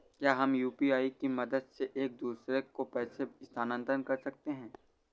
क्या हम यू.पी.आई की मदद से एक दूसरे को पैसे स्थानांतरण कर सकते हैं?